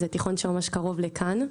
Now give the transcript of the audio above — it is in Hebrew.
זה תיכון ממש קרוב לכאן,